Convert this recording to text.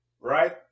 Right